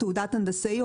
תעודת הנדסאי,